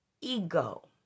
ego